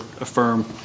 affirm